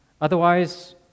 Otherwise